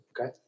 okay